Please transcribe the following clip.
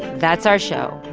that's our show.